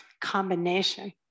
combination